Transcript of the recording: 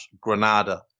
Granada